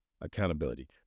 accountability